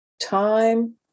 time